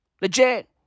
Legit